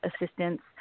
assistance